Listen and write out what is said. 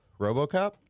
Robocop